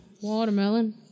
Watermelon